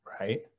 right